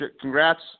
congrats